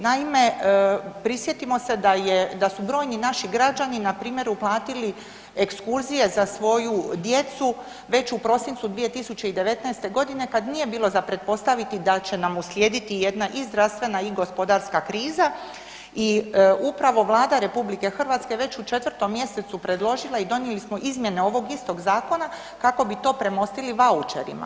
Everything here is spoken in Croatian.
Naime, prisjetimo se da je, da su brojni naši građani npr. uplatili ekskurzije za svoju djecu već u prosincu 2019. godine kad nije bilo za pretpostaviti da će nam uslijediti jedna i zdravstvena i gospodarska kriza i upravo Vlada RH već u 4. mjesecu predložila i donijeli smo izmjene ovog istog zakona kako bi to premostili vaučerima.